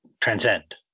transcend